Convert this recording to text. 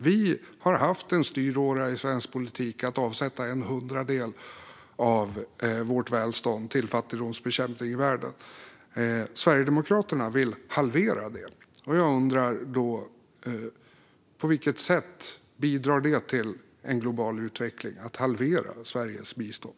Vi har haft som styråra i svensk politik att avsätta en hundradel av vårt välstånd till fattigdomsbekämpning i världen. Sverigedemokraterna vill halvera det. Då undrar jag: På vilket sätt bidrar det till en global utveckling att halvera Sveriges bistånd?